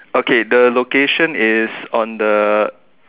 okay the location is on the